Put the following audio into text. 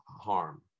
harm